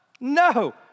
No